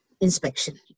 inspection